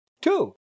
Two